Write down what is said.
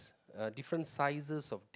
different sizes of